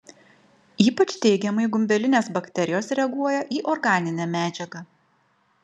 ypač teigiamai gumbelinės bakterijos reaguoja į organinę medžiagą